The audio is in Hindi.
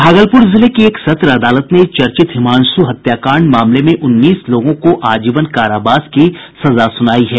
भागलपुर जिले की एक सत्र अदालत ने चर्चित हिमांशु हत्याकांड मामले में उन्नीस लोगों को आजीवन कारावास की सजा सुनाई है